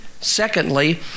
secondly